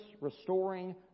restoring